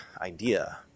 idea